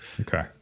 Okay